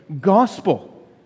gospel